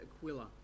Aquila